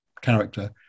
character